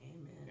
Amen